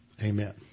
amen